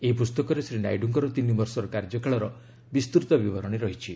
ଏହି ପୁସ୍ତକରେ ଶ୍ରୀ ନାଇଡ଼ୁଙ୍କର ତିନିବର୍ଷର କାର୍ଯ୍ୟକାଳର ବିସ୍ତୃତ ବିବରଣୀ ରହିଛି